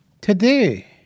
today